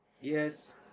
yes